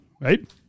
right